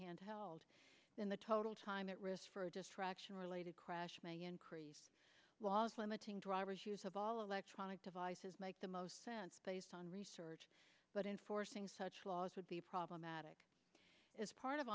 handheld in the total time at risk for a distraction related crash may increase laws limiting driver's use of all electronic devices make the most sense based on research but enforcing such laws would be problematic as part of